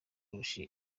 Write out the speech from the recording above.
kurusha